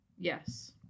Yes